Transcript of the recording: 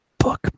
Book